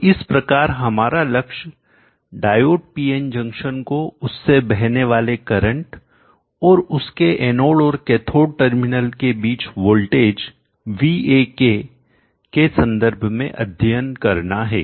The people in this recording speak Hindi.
तो इस प्रकार हमारा लक्ष्य डायोड पीएन जंक्शन को उससे बहने वाले करंटऔर उसके एनोड और कैथोड टर्मिनल के बीच वोल्टेज Vak के संदर्भ में अध्ययन करना हैं